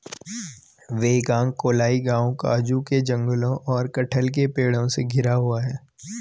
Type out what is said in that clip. वेगाक्कोलाई गांव काजू के जंगलों और कटहल के पेड़ों से घिरा हुआ है